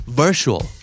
virtual